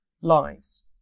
lives